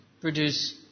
produce